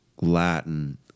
Latin